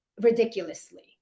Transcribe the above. ridiculously